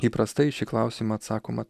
įprastai šį klausimą atsakoma